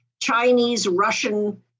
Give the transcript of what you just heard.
Chinese-Russian